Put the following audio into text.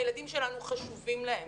הילדים שלנו חשובים להן